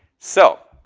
so,